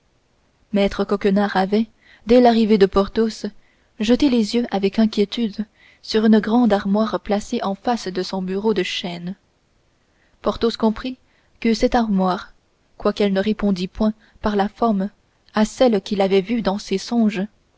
maître coquenard avait dès l'arrivée de porthos jeté les yeux avec inquiétude sur une grande armoire placée en face de son bureau de chêne porthos comprit que cette armoire quoiqu'elle ne répondît point par la forme à celle qu'il avait vue dans ses songes